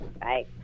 Bye